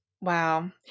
wow